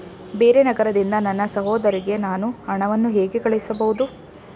ಬೇರೆ ನಗರದಿಂದ ನನ್ನ ಸಹೋದರಿಗೆ ನಾನು ಹಣವನ್ನು ಹೇಗೆ ಕಳುಹಿಸಬಹುದು?